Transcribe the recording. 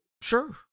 Sure